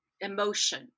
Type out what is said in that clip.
emotion